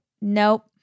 nope